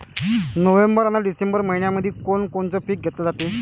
November अन December मइन्यामंधी कोण कोनचं पीक घेतलं जाते?